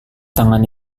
tangan